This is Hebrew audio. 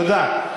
תודה.